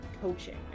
coaching